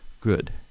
good